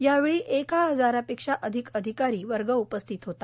यावेळी एक हजारपेक्षा अधिक अधिकारी वर्ग उपस्थित होता